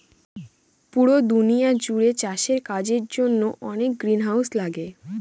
পুরো দুনিয়া জুড়ে অনেক চাষের কাজের জন্য গ্রিনহাউস লাগে